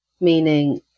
meaning